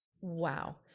Wow